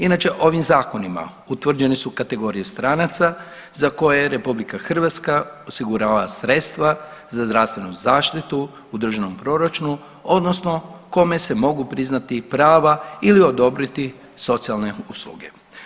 Inače ovim zakonima utvrđene su kategorije stranaca za koje je RH osigurala sredstava za zdravstvenu zaštitu u državnom proračunu odnosno kome se mogu priznati prava ili odobriti socijalne usluge.